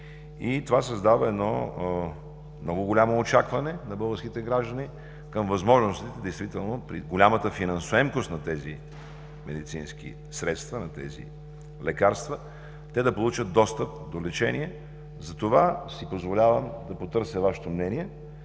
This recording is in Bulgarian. Това създава много голямо очакване на българските граждани към възможностите действително при голямата финансоемкост на тези медицински средства, лекарства, да получат достъп до лечение. Затова си позволявам да потърся мнението